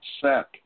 set